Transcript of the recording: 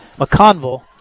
McConville